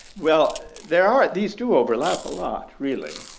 well, there are these two overlap a lot, really.